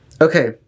Okay